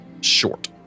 short